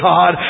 God